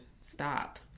stop